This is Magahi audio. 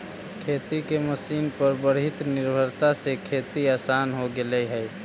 खेती के मशीन पर बढ़ीत निर्भरता से खेती आसान हो गेले हई